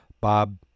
Bob